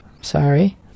Sorry